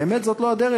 באמת זאת לא הדרך.